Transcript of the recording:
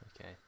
Okay